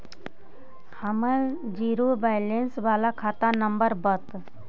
हमर zero balance बाला खाता नम्बर बत?